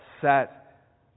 set